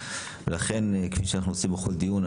לכן כפי שאנחנו עושים בכל דיון,